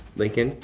lincoln.